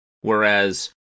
whereas